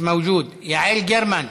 מיש מווג'וד, יעל גרמן,